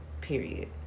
period